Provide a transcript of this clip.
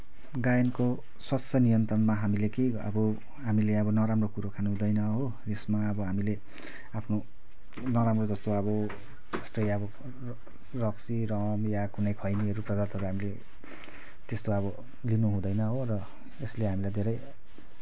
गायनको श्वास नियन्त्रणमा हामीले के अब हामीले नराम्रो कुरो खानु हुँदैन हो यसमा अब हामीले आफ्नो नराम्रो जस्तो अब जस्तै अब रक्सी रम या कुनै खैनीहरू पदार्थ हामीले त्यस्तो अब लिनु हुँदैन र हो यसले हामीलाई धेरै